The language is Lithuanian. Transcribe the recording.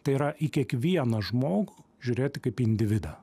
tai yra į kiekvieną žmogų žiūrėti kaip individą